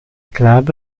club